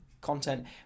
content